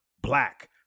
Black